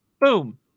boom